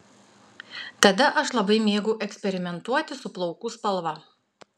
tada aš labai mėgau eksperimentuoti su plaukų spalva